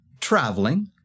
traveling